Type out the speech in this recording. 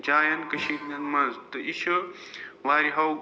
جایَن کٔشیٖرِ ہِنٛدٮ۪ن مَنٛز تہٕ یہِ چھُ وارِہو